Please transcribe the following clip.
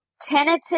Tentative